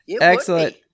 Excellent